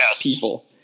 people